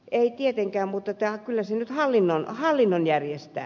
ei tietenkään mutta kyllä se hallinnon järjestää